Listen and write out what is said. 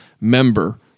member